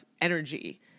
energy